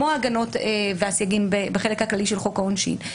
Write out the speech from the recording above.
כמו הגנות וסייגים בחלק הכללי של חוק העונשין,